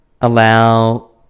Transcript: allow